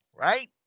right